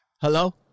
Hello